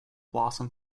blossom